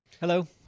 Hello